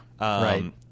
Right